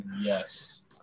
yes